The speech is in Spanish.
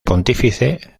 pontífice